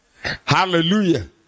Hallelujah